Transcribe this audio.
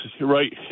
right